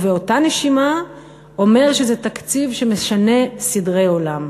ובאותה נשימה הוא אומר שזה תקציב שמשנה סדרי עולם.